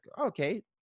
okay